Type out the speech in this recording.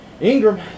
Ingram